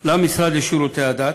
למשרד לשירותי דת.